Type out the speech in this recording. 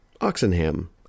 Oxenham